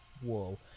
whoa